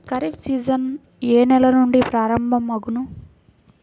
Kharif season ఏ నెల నుండి ప్రారంభం అగును?